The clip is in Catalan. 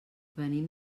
venim